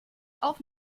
auf